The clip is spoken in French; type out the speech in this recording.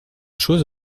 chose